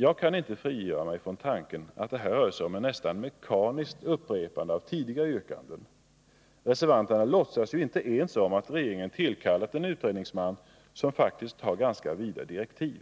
Jag kan inte frigöra mig från tanken att det här rör sig om ett nästan mekaniskt upprepande av tidigare yrkanden — reservanterna låtsas ju inte ens om att regeringen tillkallat en utredningsman som faktiskt har ganska vida direktiv.